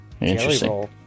Interesting